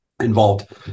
Involved